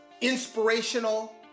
inspirational